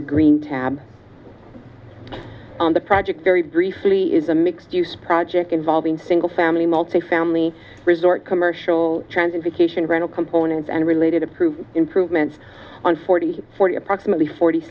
a green tab on the project very briefly is a mixed use project involving single family multifamily resort commercial transit vacation rental components and related approved improvements on forty forty approximately forty